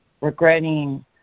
regretting